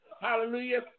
Hallelujah